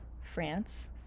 France